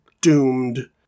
doomed